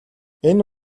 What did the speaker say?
энэ